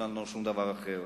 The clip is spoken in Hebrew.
אין לנו שום דבר אחר.